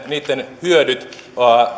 niitten hyödyt